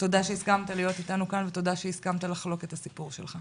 ותודה שהסכמת לחלוק את הסיפור שלך.